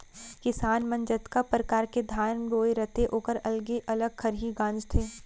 किसान मन जतका परकार के धान बोए रथें ओकर अलगे अलग खरही गॉंजथें